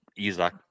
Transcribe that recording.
Isaac